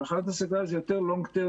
מחלת הסרטן זה יותר טווח ארוך,